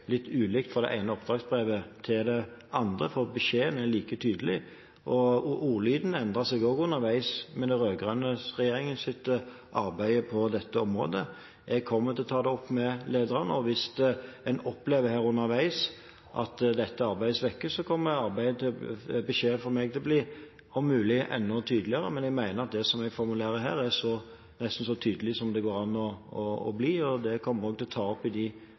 beskjeden er like tydelig. Ordlyden endret seg også underveis med den rød-grønne regjeringens arbeid på dette området. Jeg kommer til å ta det opp med lederne, og hvis en underveis opplever at dette arbeidet svekkes, kommer beskjeden fra meg til å bli om mulig enda tydeligere. Men jeg mener at det jeg formulerer her, er nesten så tydelig som det går an å bli, og det kommer vi også til å ta opp i de